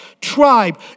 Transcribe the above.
tribe